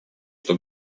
что